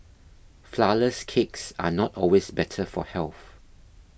Flourless Cakes are not always better for health